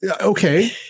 okay